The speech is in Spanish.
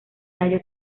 tallo